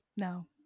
No